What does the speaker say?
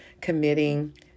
committing